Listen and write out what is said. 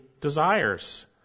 desires